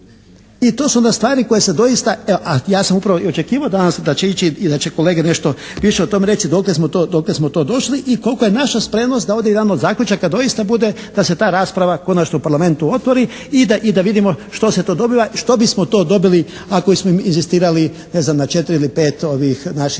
i to su onda stvari koje se doista, a ja sam upravo i očekivao danas da će ići i da će kolege nešto više o tome reći dokle smo to došli i kolika je naša spremnost da ovdje jedan od zaključaka doista bude da se ta rasprava konačno u Parlamentu otvori i da vidimo što se to dobiva, što bismo to dobili ako smo inzistirali ne znam na četiri ili pet ovih naših